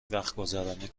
وقتگذرانی